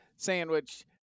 sandwich